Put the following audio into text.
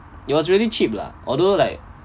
it was really cheap lah although like